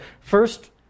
First